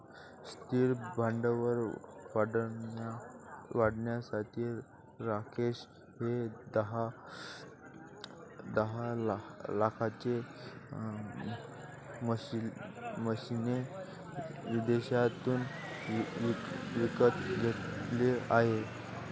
स्थिर भांडवल वाढवण्यासाठी राकेश ने दहा लाखाची मशीने विदेशातून विकत घेतले आहे